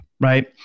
right